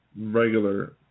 regular